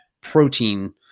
protein